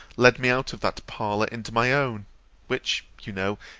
led me out of that parlour into my own which, you know,